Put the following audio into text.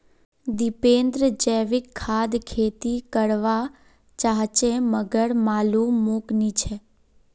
दीपेंद्र जैविक खाद खेती कर वा चहाचे मगर मालूम मोक नी छे